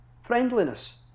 friendliness